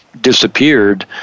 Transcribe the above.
disappeared